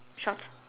shorts